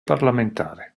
parlamentare